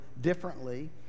differently